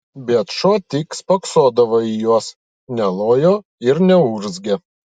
bet šuo tik spoksodavo į juos nelojo ir neurzgė